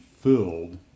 filled